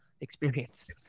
experience